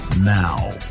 Now